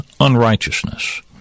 unrighteousness